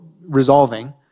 resolving